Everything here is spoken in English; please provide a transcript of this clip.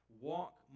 walk